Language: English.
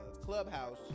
clubhouse